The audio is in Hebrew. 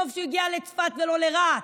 טוב שהוא הגיע לצפת ולא לרהט.